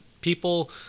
people